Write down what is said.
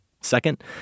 Second